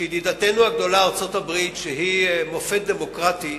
שידידתנו הגדולה, ארצות-הברית, שהיא מופת דמוקרטי,